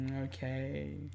okay